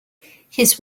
his